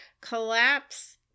collapse